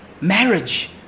Marriage